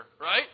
right